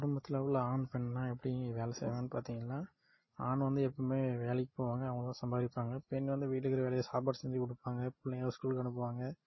குடும்பத்தில் உள்ள ஆண் பெண்ணெலாம் எப்படி வேலை செய்வாங்கன்னு பாத்திங்கன்னா ஆண் வந்து எப்போதுமே வேலைக்கு போவாங்க அவங்க சம்பாதிப்பாங்க பெண் வந்து வீட்டில் இருக்கிற வேலையை சாப்பாடு செஞ்சு கொடுப்பாங்க பிள்ளைங்கள ஸ்கூலுக்கு அனுப்புவாங்க